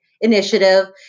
initiative